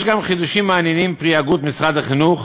יש גם חידושים מעניינים פרי הגות משרד החינוך